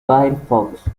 firefox